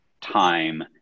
time